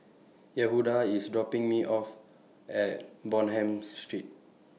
Yehuda IS dropping Me off At Bonham Street